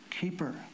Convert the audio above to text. keeper